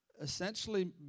essentially